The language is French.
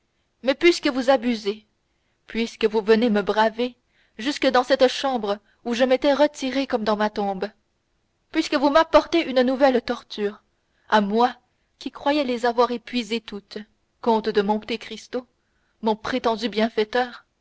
mais puisque vous abusez puisque vous venez me braver jusque dans cette chambre où je m'étais retiré comme dans ma tombe puisque vous m'apportez une nouvelle torture à moi qui croyais les avoir épuisées toutes comte de monte cristo mon prétendu bienfaiteur